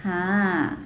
!huh!